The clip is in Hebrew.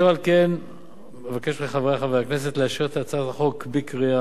אשר על כן אבקש מחברי חברי הכנסת לאשר את הצעת החוק בקריאה